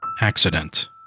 accident